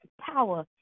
power